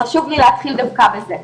חשוב לי להתחיל דווקא בזה.